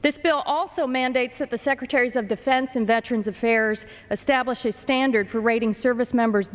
this bill also mandates that the secretaries of defense and veterans affairs establish a standard for rating service members